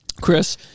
Chris